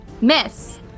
miss